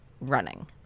running